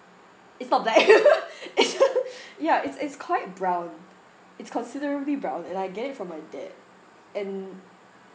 it's not black it's ya it's it's quite brown it's considerably brown and I get it from my dad and